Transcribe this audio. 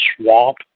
swamp